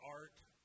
art